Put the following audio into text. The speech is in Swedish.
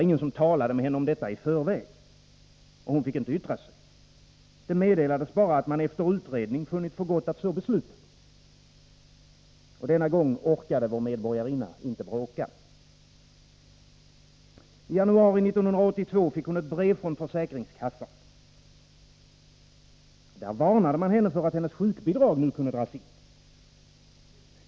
Ingen talade med henne om detta i förväg, och hon fick inte yttra sig. Det meddelades bara att man efter utredning funnit för gott att så besluta. Denna gång orkade vår medborgarinna inte bråka. I januari 1982 fick hon ett brev från försäkringskassan. Där varnade man henne för att hennes sjukbidrag kunde dras in.